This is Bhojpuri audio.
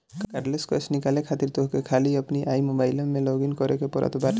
कार्डलेस कैश निकाले खातिर तोहके खाली अपनी आई मोबाइलम में लॉगइन करे के पड़त बाटे